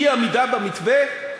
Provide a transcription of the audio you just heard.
אי-עמידה במתווה,